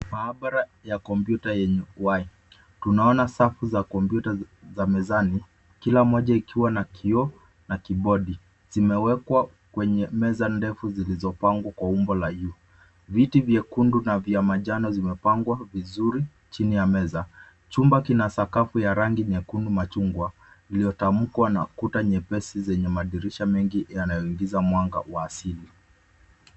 Maabara ya kompyuta yenye uhai. Tunaona safu za kompyuta za mezani kila moja ikiwa na kioo na kibodi. Zimewekwa kwenye meza ndefu zilizopangwa kwa umbo la juu. Viti vyekundu na vya manjano zimepangwa vizuri chini ya meza. Chumba kina sakafu ya rangi nyekundu machungwa, iliyotamkwa na kuta nyepesi zenye madirisha mengi yanayoingiza mwanga wa asili.